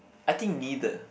I think neither